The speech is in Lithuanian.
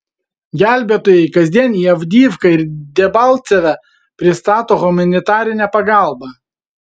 gelbėtojai kasdien į avdijivką ir debalcevę pristato humanitarinę pagalbą